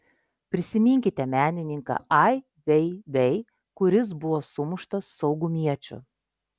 prisiminkite menininką ai vei vei kuris buvo sumuštas saugumiečių